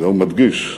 אולם מדגיש: